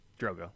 Drogo